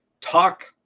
talk